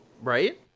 Right